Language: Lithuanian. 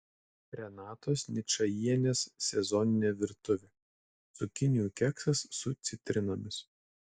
renatos ničajienės sezoninė virtuvė cukinijų keksas su citrinomis